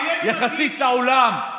יחסית לעולם,